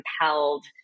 compelled